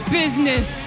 business